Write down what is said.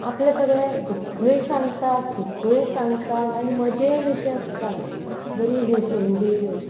आपलें सगळें दुख्खय सांगतात सुख्खय सांगतात आनी मजेन अशी आसतात बरी न्हेसून बी योन